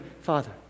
father